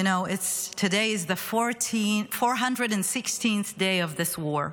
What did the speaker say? you know, today is the 416th of this war,